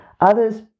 Others